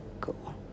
Cool